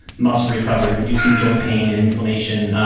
muscle recovery, reducing joint pain and inflammation,